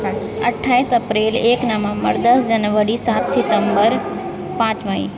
अट्ठाइस अप्रैल एक नवम्बर दस जनवरी सात सितम्बर पाँच मइ